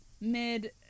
Mid